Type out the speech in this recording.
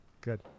Good